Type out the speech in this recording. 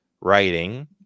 writing